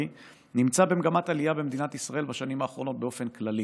נמצא במגמת עלייה במדינת ישראל בשנים האחרונות באופן כללי.